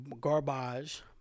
garbage